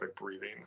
breathing